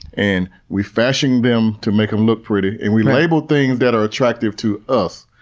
and we fashion them to make them look pretty, and we label things that are attractive to us.